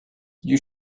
you